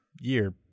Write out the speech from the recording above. year